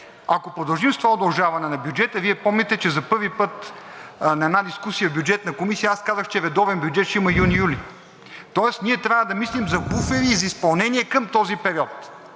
ако продължим с това удължаване на бюджета, Вие помните, че за първи път на една дискусия в Бюджетната комисия аз казах, че редовен бюджет ще има юни-юли, тоест ние трябва да мислим за буфери и за изпълнение към този период.